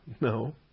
No